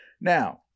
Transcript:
Now